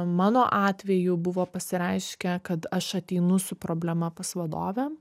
mano atveju buvo pasireiškę kad aš ateinu su problema pas vadovę